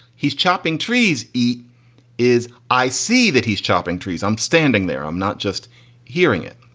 he's chopping trees. eat is i see that he's chopping trees. i'm standing there. i'm not just hearing it.